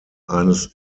eines